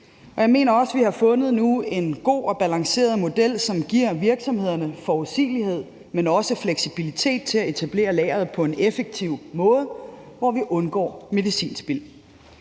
jeg mener også, vi nu har fundet en god og balanceret model, som giver virksomhederne forudsigelighed, men også fleksibilitet til at etablere lageret på en effektiv måde, hvor vi undgår medicinsvind.